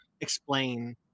explain